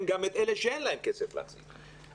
את אלה שאין להם כסף כדי שהילדים יחזרו.